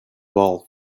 valve